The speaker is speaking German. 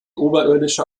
oberirdische